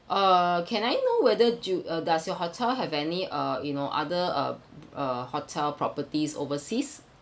uh can I know whether do uh does your hotel have any uh you know other uh uh hotel properties overseas